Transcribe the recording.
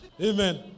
Amen